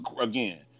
again